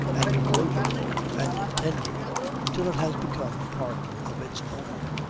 and gloated over and tended until it has become part of its owner.